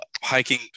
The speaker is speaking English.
hiking